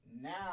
now